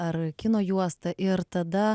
ar kino juosta ir tada